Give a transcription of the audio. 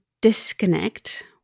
disconnect